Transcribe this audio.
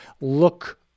look